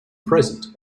present